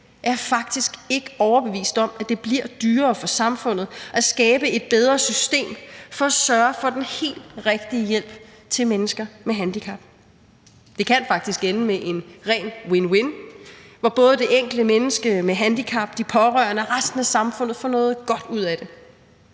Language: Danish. jeg faktisk ikke overbevist om, at det bliver dyrere for samfundet at skabe et bedre system for at sørge for den helt rigtige hjælp til mennesker med handicap. Det kan faktisk endte med en ren win-win-situation, hvor både det enkelte menneske med handicap, de pårørende og resten af samfundet får noget godt ud af det.